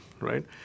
right